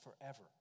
forever